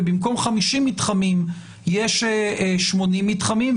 ובמקום 50 מתחמים יש 80 מתחמים,